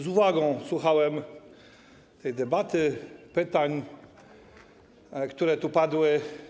Z uwagą słuchałem tej debaty, pytań, które tu padły.